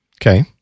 Okay